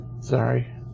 Sorry